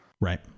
right